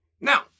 Now